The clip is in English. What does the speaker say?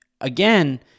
again